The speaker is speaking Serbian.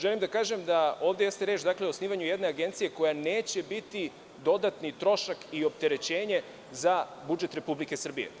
Želim da kažem da ovde jeste reč o osnivanju jedne agencije koja neće biti dodatni trošak i opterećenje za budžet Republike Srbije.